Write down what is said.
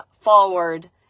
forward